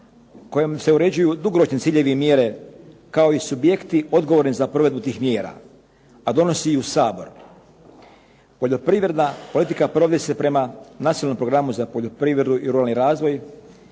kojom se uređuju dugoročni ciljevi i mjere kao i subjekti odgovorni za provedbu tih mjera a donosi ju Sabor. Poljoprivredna politika provodi se prema nacionalnom programu za poljoprivredu i ruralni razvoj